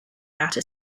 outer